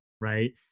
right